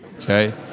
Okay